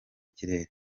ikirere